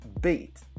bait